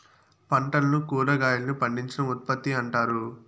పంటలను కురాగాయలను పండించడం ఉత్పత్తి అంటారు